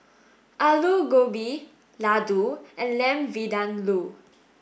Alu Gobi Ladoo and Lamb Vindaloo